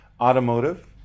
Automotive